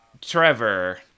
trevor